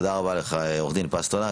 תודה רבה לך, עו"ד פסטרנק.